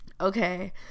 Okay